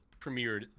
premiered